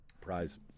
prize